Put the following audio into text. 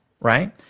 right